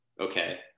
okay